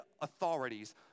authorities